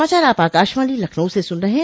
यह समाचार आप आकाशवाणी लखनऊ से सुन रहे हैं